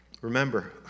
Remember